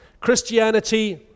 Christianity